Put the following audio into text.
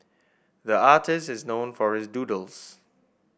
the artist is known for his doodles